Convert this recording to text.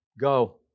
Go